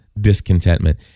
discontentment